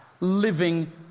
Living